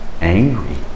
angry